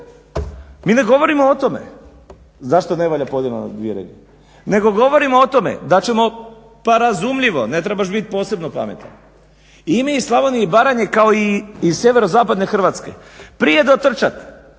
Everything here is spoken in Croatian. Mi ne govorimo o tome zašto ne valja podjela na dvije regije nego govorimo o tome da ćemo pa razumljivo ne trebaš biti posebno pametan i mi iz Slavonije i Baranje kao i iz sjeverozapadne Hrvatske prije dotrčat